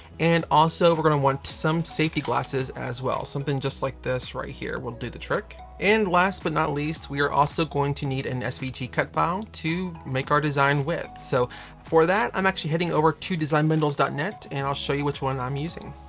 and also we're going to want some safety glasses as well, something just like this right here will do the trick. and last but not least, we are also going to need an svg cut file to make our design with. so for that, i'm actually heading over to designbundles dot net and i'll show you which one i'm using.